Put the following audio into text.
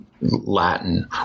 Latin